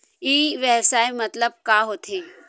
ई व्यवसाय मतलब का होथे?